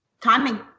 Timing